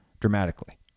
dramatically